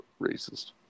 racist